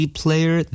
player